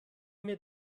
mir